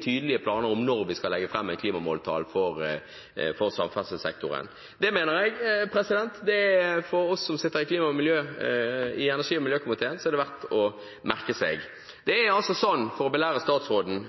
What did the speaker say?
tydelige planer om når man skal legge fram klimamåltall for samferdselssektoren. Det mener jeg det er verdt å merke seg for oss som sitter i energi- og miljøkomiteen. For å belære statsråden